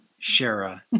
Shara